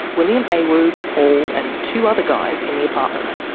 william awu, paul, and two other guys in the apartment.